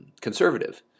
Conservative